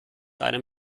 einem